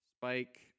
Spike